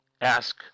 ask –